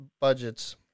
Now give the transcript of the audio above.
budgets